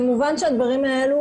ומובן שהדברים האלו